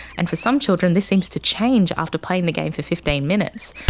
and for some children this seems to change after playing the game for fifteen minutes.